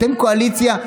אתם קואליציה,